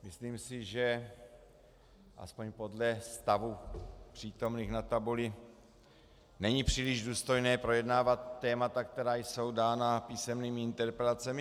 Myslím si, že aspoň podle stavu přítomných na tabuli není příliš důstojné projednávat témata, která jsou dána písemnými interpelacemi.